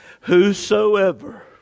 Whosoever